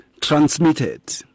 transmitted